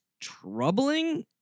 troubling